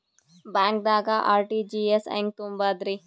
ಬ್ಯಾಂಕ್ದಾಗ ಆರ್.ಟಿ.ಜಿ.ಎಸ್ ಹೆಂಗ್ ತುಂಬಧ್ರಿ?